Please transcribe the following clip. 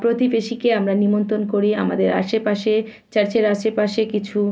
প্রতিবেশীকে আমরা নিমন্তণ করি আমাদের আশেপাশে চার্চের আশেপাশে কিছু